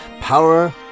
Power